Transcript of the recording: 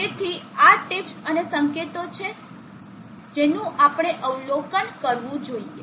તેથી આ ટીપ્સ અને સંકેતો છે જેનું આપણે અવલોકન કરવું જોઈએ